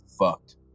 fucked